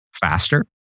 faster